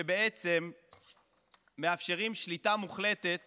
שבעצם מאפשרות שליטה מוחלטת